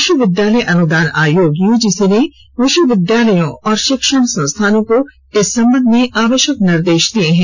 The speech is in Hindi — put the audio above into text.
विश्वविद्यालय अनुदान आयोग यूजीसी ने विश्वविद्यालयों और शिक्षण संस्थानों को इस संबंध में आवश्यक निर्देश दे दिए हैं